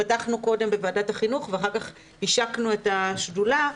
פתחנו קודם בוועדת החינוך ואחר כך השקנו את השדולה,